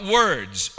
words